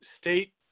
state